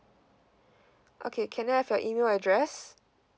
okay can I have your email address